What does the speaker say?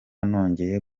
nongeye